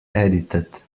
edited